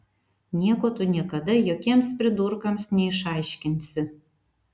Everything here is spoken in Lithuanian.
nieko tu niekada jokiems pridurkams neišaiškinsi